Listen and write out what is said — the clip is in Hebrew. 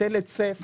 שהיטל היצף